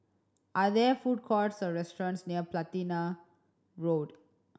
are there food courts or restaurants near Platina Road